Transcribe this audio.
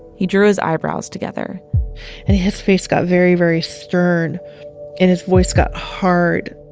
he drew his eyebrows together and. his face got very, very stern and his voice got hard.